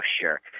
sure